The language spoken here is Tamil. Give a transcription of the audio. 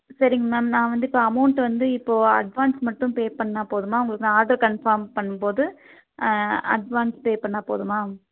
சரிங் மேம் நான் வந்து இப்போ அமௌண்ட் வந்து இப்போது அட்வான்ஸ் மட்டும் பேப்பண்ணால் போதுமா உங்களுக்கு நான் ஆட்ரு கன்ஃபார்ம் பண்ணும்போது அட்வான்ஸ் பேப்பண்ணால் போதுமா